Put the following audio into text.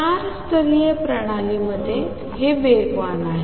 चार स्तरीय प्रणालीमध्ये हे वेगवान आहे